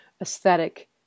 aesthetic